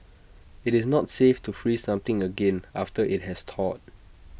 IT is not safe to freeze something again after IT has thawed